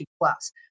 plus